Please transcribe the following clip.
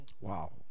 Wow